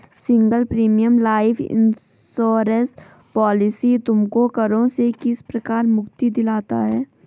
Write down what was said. Single premium life insurance policy तुमको करों से किस प्रकार मुक्ति दिलाता है?